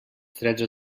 tretze